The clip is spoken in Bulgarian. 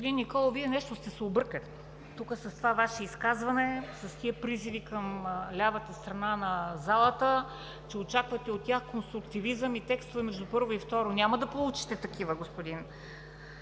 Господин Николов, Вие нещо сте се объркали с това Ваше изказване, с тези призиви към лявата страна на залата, че очаквате от тях конструктивизъм и текстове между първо и второ четене. Няма да получите такива, господин